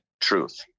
truth